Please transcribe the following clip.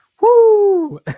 Woo